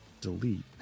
delete